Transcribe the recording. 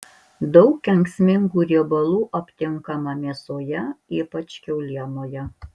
daug kenksmingų riebalų aptinkama mėsoje ypač kiaulienoje